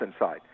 inside